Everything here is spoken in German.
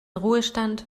ruhestand